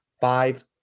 five